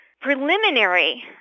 preliminary